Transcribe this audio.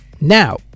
Now